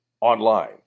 online